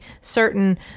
certain